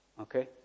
Okay